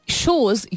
shows